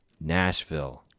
Nashville